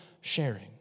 sharing